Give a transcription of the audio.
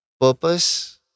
purpose